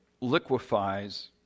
liquefies